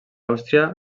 àustria